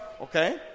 Okay